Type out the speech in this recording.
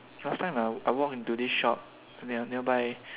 last time I walk into this shop near nearby